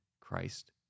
Christ